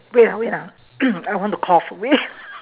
wait ah wait ah I want to cough wait